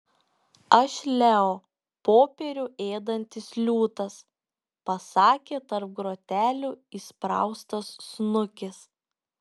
aš leo popierių ėdantis liūtas pasakė tarp grotelių įspraustas snukis